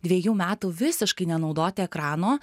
dviejų metų visiškai nenaudoti ekrano